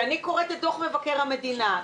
אני קוראת את דוח מבקר המדינה,